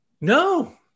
No